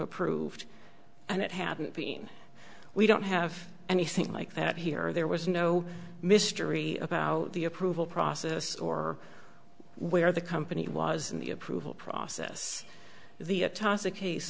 approved and it hadn't been we don't have anything like that here there was no mystery about the approval process or where the company was in the approval process the toss a case